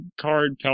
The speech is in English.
Card